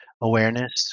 awareness